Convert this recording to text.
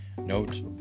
Note